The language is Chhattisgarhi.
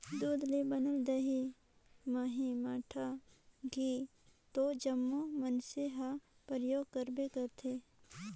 दूद ले बनल दही, मही, मठा, घींव तो जम्मो मइनसे हर परियोग करबे करथे